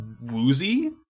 woozy